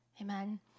Amen